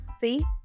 see